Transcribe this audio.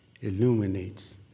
illuminates